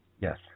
Yes